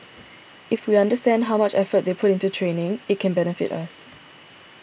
if we understand how much effort they put into training it can benefit us